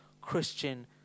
Christian